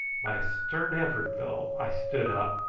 by a stern effort, though, i stood up,